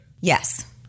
Yes